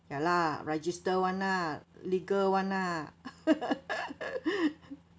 ya lah registered [one] lah legal [one] lah